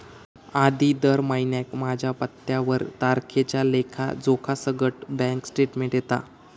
आधी दर महिन्याक माझ्या पत्त्यावर तारखेच्या लेखा जोख्यासकट बॅन्क स्टेटमेंट येता